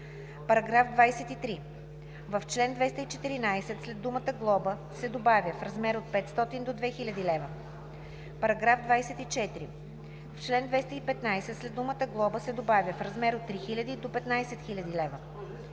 лв.“. § 23. В чл. 214 след думата „глоба“ се добавя „в размер от 500 до 2000 лв.“. § 24. В чл. 215 след думата „глоба“ се добавя „в размер от 3000 до 15 000 лв.“.